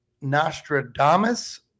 Nostradamus